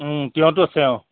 তিয়ঁহটো আছে অঁ